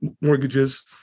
mortgages